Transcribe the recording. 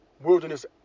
wilderness